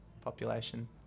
population